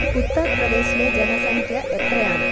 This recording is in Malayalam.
ഉത്തർ പ്രദേശിലെ ജനസംഖ്യ എത്രയാണ്